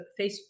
Facebook